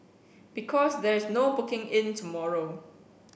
because there's no booking in tomorrow